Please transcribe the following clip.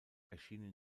erschienen